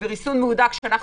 שאנחנו